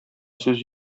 сүз